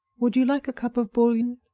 would you like a cup of bouillon?